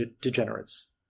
degenerates